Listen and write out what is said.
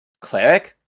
cleric